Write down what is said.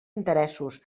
interessos